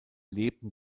lebten